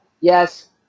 Yes